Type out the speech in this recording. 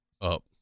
up